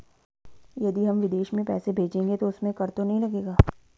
यदि हम विदेश में पैसे भेजेंगे तो उसमें कर तो नहीं लगेगा?